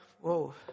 whoa